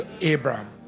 Abraham